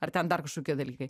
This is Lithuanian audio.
ar ten dar kažkokie dalykai